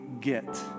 get